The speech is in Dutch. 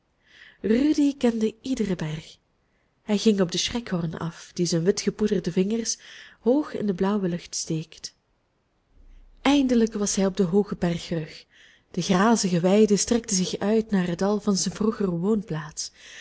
kende iederen berg hij ging op den schreckhorn af die zijn witgepoederde vingers hoog in de blauwe lucht steekt eindelijk was hij op den hoogen bergrug de grazige weiden strekten zich uit naar het dal van zijn vroegere woonplaats